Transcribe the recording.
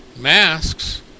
Masks